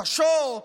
קשות,